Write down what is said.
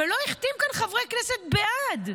ולא החתים כאן חברי כנסת בעד?